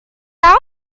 out